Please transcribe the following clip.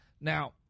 Now